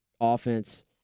offense